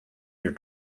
your